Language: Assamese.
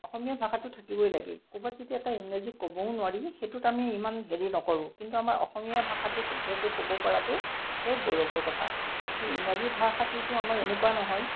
অসমীয়া ভাষাটো থাকিবই লাগে ক'ৰবাত যদি এটা ইংৰাজী কবও নোৱাৰি সেইটোত আমি ইমান হেৰি নকৰোঁ কিন্তু আমাৰ অসমীয়া ভাষাটো শুদ্ধকৈ ক'ব পৰাটোহে গৌৰৱৰ কথা কিন্তু ইংৰাজী ভাষাটোতো আমাৰ এনেকুৱা নহয়